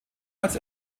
als